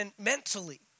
mentally